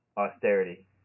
austerity